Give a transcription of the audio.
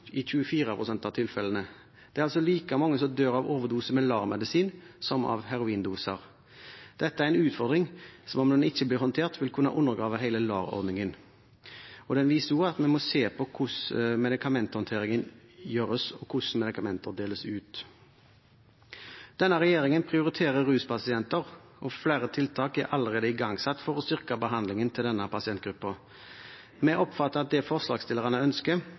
i 24 pst. av tilfellene. Det er altså like mange som dør av overdose med LAR-medisin, som av heroindoser. Dette er en utfordring som, om den ikke blir håndtert, vil kunne undergrave hele LAR-ordningen. Den viser også at vi må se på hvordan medikamenthåndteringen gjøres, og hvordan medikamenter deles ut. Denne regjeringen prioriterer ruspasienter, og flere tiltak er allerede igangsatt for å styrke behandlingen av denne pasientgruppen. Vi oppfatter det slik at det forslagsstillerne ønsker,